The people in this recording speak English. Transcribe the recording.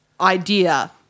idea